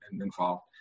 involved